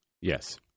Yes